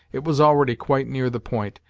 it was already quite near the point,